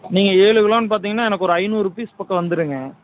நீங்க ஏழு கிலோன்னு பார்த்தீங்கன்னா எனக்கு ஒரு ஐந்நூறு பீஸ் பக்கம் வந்துடுங்க